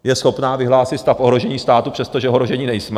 Je schopná vyhlásit stav ohrožení státu, přestože ohrožení nejsme.